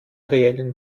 reellen